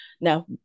Now